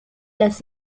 las